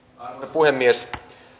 puhemies